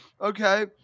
okay